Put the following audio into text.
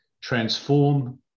transform